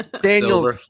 daniel